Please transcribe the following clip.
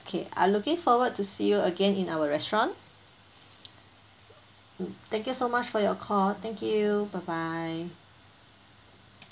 K I looking forward to see you again in our restaurant thank you so much for your call thank you bye bye